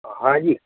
ہاں جی